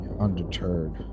Undeterred